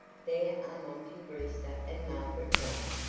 there are monty brewster and margaret gray.